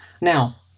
Now